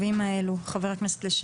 זאת אומרת,